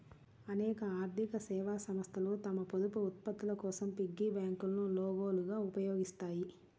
అనేక ఆర్థిక సేవా సంస్థలు తమ పొదుపు ఉత్పత్తుల కోసం పిగ్గీ బ్యాంకులను లోగోలుగా ఉపయోగిస్తాయి